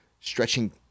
stretching